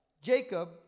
Jacob